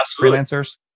freelancers